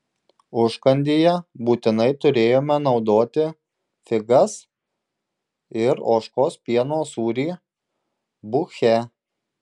užkandyje būtinai turėjome naudoti figas ir ožkos pieno sūrį buche